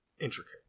intricate